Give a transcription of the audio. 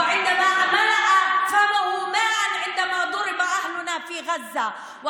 וכשמילא את פיו מים כשאנשינו בעזה נחבטו,